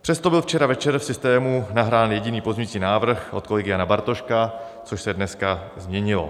Přesto byl včera večer v systému nahrán jediný pozměňovací návrh od kolegy Jana Bartoška, což se dneska změnilo.